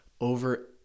over